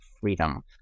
freedom